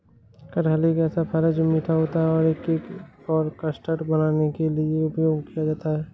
कटहल एक ऐसा फल है, जो मीठा होता है और केक और कस्टर्ड बनाने के लिए उपयोग किया जाता है